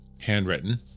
Handwritten